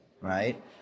right